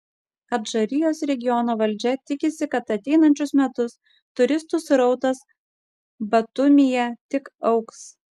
adžarijos regiono valdžia tikisi kad ateinančius metus turistų srautas batumyje tik augs